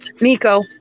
Nico